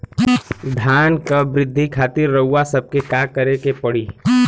धान क वृद्धि खातिर रउआ सबके का करे के पड़ी?